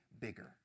bigger